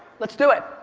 let's do it.